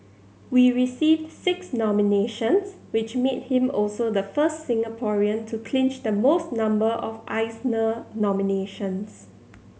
we received six nominations which made him also the first Singaporean to clinch the most number of Eisner nominations